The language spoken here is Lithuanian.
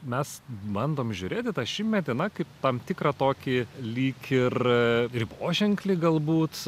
mes bandom žiūrėt į tą šimtmetį na kaip tam tikrą tokį lyg ir riboženklį galbūt